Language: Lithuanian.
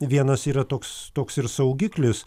vienas yra toks toks ir saugiklis